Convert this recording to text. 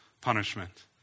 punishment